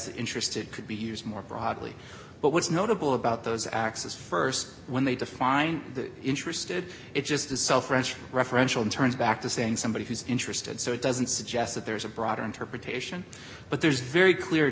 that interested could be used more broadly but what's notable about those acts is st when they define interested it just to sell french referential turns back to saying somebody who's interested so it doesn't suggest that there's a broader interpretation but there's very clear